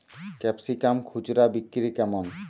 Capsicum খুচরা বিক্রি কেমন?